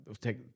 take